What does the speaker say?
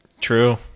True